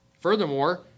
Furthermore